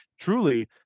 truly